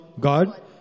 God